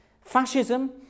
Fascism